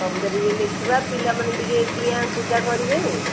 କବିତା ଟିକେ ଲେଖିବା ପିଲାମାନେ ଟିକେ ଡିଆଁ କୁଦା କରିବେ